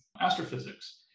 astrophysics